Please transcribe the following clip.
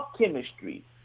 chemistry